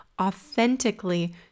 authentically